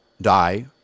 die